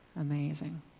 Amazing